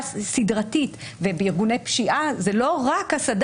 סדרתית ובארגוני פשיעה זה לא רק זה.